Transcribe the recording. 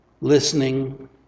listening